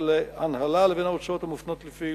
להנהלה לבין ההוצאות המופנות לפעילות,